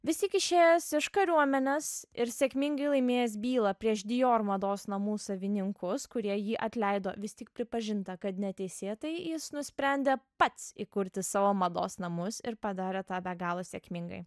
vis tik išėjęs iš kariuomenės ir sėkmingai laimėjęs bylą prieš dijor mados namų savininkus kurie jį atleido vis tik pripažinta kad neteisėtai jis nusprendė pats įkurti savo mados namus ir padarė tą be galo sėkmingai